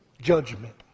Judgment